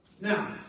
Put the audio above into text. Now